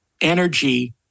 energy